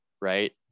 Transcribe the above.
right